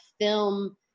film